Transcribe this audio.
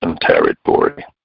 territory